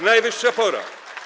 Najwyższa pora.